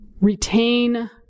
retain